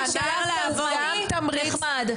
זה נחמד,